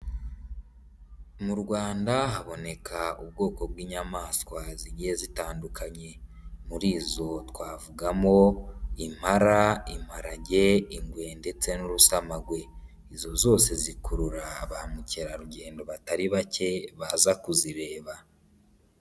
Mu Rwanda haboneka ubwoko bw'inyamaswa zigiye zitandukanye, muri izo twavugamo impala, impalage, ingwe ndetse n'urusamagwe. Izo zose zikurura ba mukerarugendo batari bake, baza kuzireba.